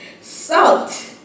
Salt